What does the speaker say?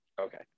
Okay